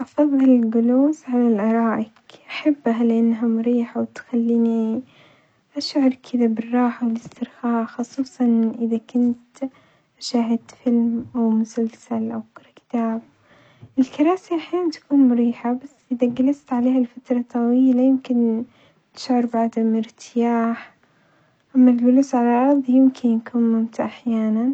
أفظل الجلوس عللا الآرائك أحبها لأنها مريحة وتخليني أشعر كدة بالراحة والإسترخاء خصوصًا إذا كنت أشاهد فيلم أو مسلسل أو أقرا كتاب، الكراسي أحيانًا تكون مريحة بس إذا جلست عليها لفترة طويلة يمكن تشعر بعدم ارتياح، أما الجلوس على الأرظ ممكن يكون ممتع أحيانًا،